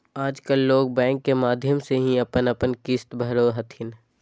आजकल लोग बैंक के माध्यम से ही अपन अपन किश्त भरो हथिन